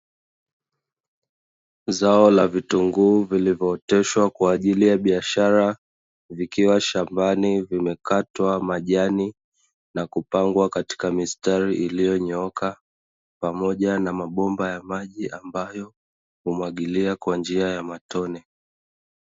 Zao la vitunguu vilivyooteshwa kwa ajili ya biashara, vikiwa shambani vimekatwa majani na kupangwa katika mistari iliyonyooka pamoja na mabomba ya maji ambayo humwagilia kwa njia ya matone.